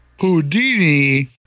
houdini